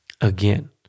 again